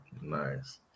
Nice